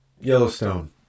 Yellowstone